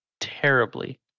terribly